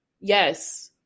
yes